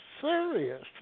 serious